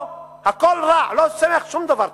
פה הכול רע, לא צומח שום דבר טוב.